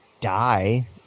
die